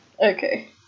Okay